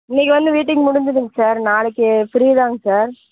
இன்னைக்கு வந்து மீட்டிங் முடிச்சிதுங்க சார் நாளைக்கு ஃப்ரீ தாங்க சார்